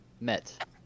met